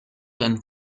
and